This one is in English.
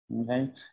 Okay